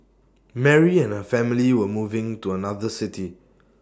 Mary and her family were moving to another city